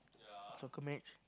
soccer match